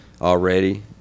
already